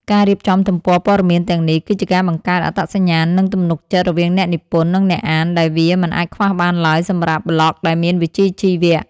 ការរៀបចំទំព័រព័ត៌មានទាំងនេះ គឺជាការបង្កើត អត្តសញ្ញាណ និង ទំនុកចិត្ត រវាងអ្នកនិពន្ធ និងអ្នកអាន ដែលវាមិនអាចខ្វះបានឡើយសម្រាប់ប្លក់ដែលមានវិជ្ជាជីវៈ។